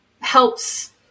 helps